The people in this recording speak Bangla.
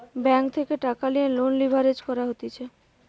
ব্যাঙ্ক থেকে টাকা লিয়ে লোন লিভারেজ করা হতিছে